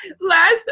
last